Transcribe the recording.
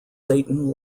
satan